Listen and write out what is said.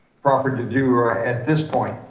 proper to do at this point.